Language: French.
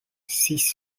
six